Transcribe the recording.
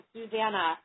Susanna